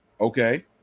Okay